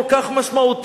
כל כך משמעותי,